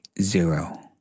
Zero